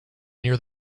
near